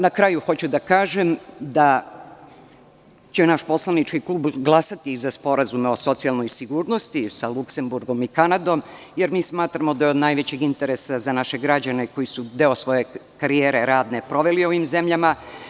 Na kraju, hoću da kažem da će naš poslanički klub glasati za sporazume o socijalnoj sigurnosti sa Luksemburgom i Kanadom, jer mi smatramo da je od najvećeg interesa za naše građane, koji su deo svoje radne karijere proveri u ovim zemljama.